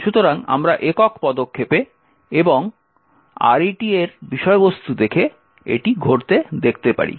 সুতরাং আমরা একক পদক্ষেপে এবং RET এর বিষয়বস্তু দেখে এটি ঘটতে দেখতে পারি